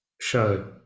show